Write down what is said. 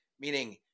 meaning